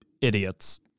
idiots